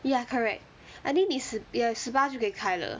ya correct I think 你十 ya 十八就可以开了